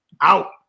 out